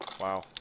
Wow